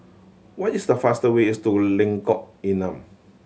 what is the faster way is to Lengkok Enam